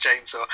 Chainsaw